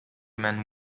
man